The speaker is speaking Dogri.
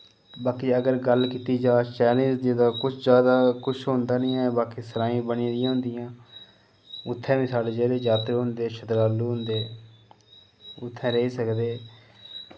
बाकीअगर गल्ल कीती जा शैह्रें दी तां किश जैदा किश होंदा निं ऐ बाकी बाकी सराईं बनी दियां होंदियां उत्थै बी जेह्ड़े साढ़े जातरू होंदे श्रदालु होंदे उत्थै रेही सकदे